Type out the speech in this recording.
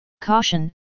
Caution